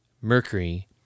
Mercury